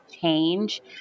change